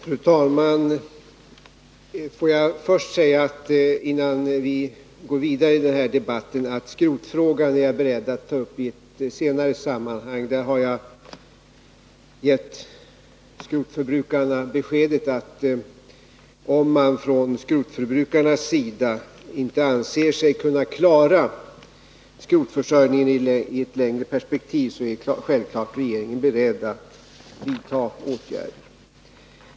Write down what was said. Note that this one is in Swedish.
Fru talman! Jag får först säga — innan vi går vidare i debatten — att jag är beredd att ta upp skrotfrågan i ett senare sammanhang. Jag har gett skrotförbrukarna beskedet, att om man från deras sida inte anser sig kunna klara skrotförsörjningen i ett längre perspektiv, är regeringen självfallet beredd att vidta åtgärder.